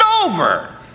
over